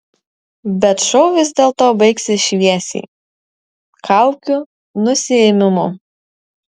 bet šou vis dėlto baigsis šviesiai kaukių nusiėmimu